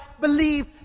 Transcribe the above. believe